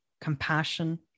compassion